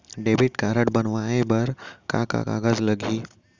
Debit card बनवाये बर का का कागज लागही?